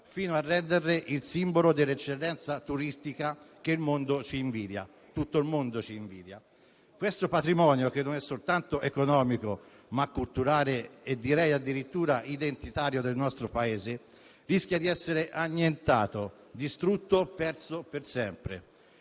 fino a renderle il simbolo dell'eccellenza turistica che tutto il mondo ci invidia. Questo patrimonio, che non è soltanto economico, ma culturale e direi addirittura identitario del nostro Paese, rischia di essere annientato, distrutto, perso per sempre.